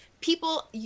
people